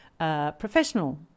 Professional